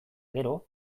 gero